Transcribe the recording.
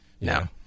no